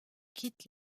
quitte